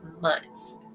months